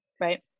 Right